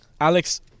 Alex